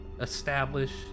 establish